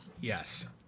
Yes